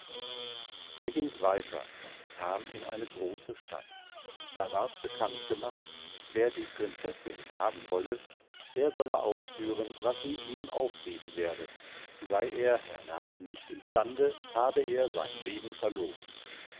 er ging weiter und kam in eine große stadt da ward bekannt gemacht wer die prinzessin haben wolle der solle ausführen was sie ihm aufgeben werde sey er hernach nicht im stande habe er sein leben verloren